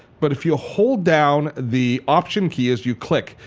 but if you hold down the option key as you click,